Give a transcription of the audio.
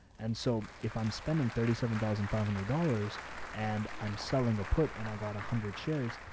and so if i'm spending thirty seven thousand five hundred dollars and i'm selling a put and i got a hundred shares,